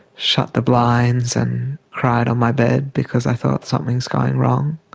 shut the blinds, and cried on my bed because i thought something's going wrong.